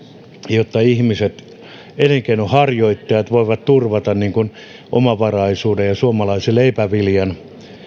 jotta ihmiset elinkeinonharjoittajat voivat turvata omavaraisuuden ja suomalaisen leipäviljan